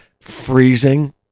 freezing